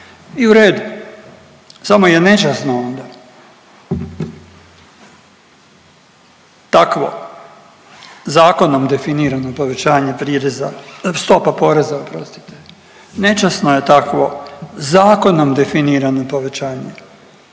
I u redu, samo je nečasno onda takvo zakonom definirano povećanje prireza, stopa poreza oprostite. Nečasno je takvo zakonom definirano povećanje